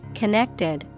connected